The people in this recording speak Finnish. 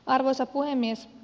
arvoisa puhemies